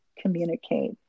communicate